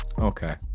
okay